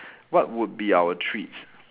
what would be our treats